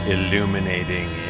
Illuminating